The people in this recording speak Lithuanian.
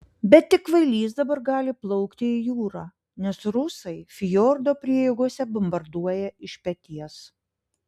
bet tik kvailys dabar gali plaukti į jūrą nes rusai fjordo prieigose bombarduoja iš peties